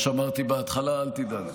יושב-ראש אמרתי בהתחלה, אל תדאג.